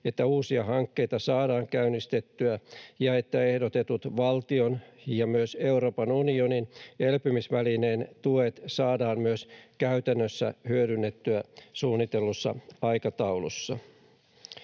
että uusia hankkeita saadaan käynnistettyä ja että ehdotetut valtion ja myös Euroopan unionin elpymisvälineen tuet saadaan myös käytännössä hyödynnettyä suunnitellussa aikataulussa.